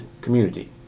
community